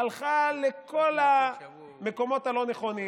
הלכה לכל המקומות הלא-נכונים,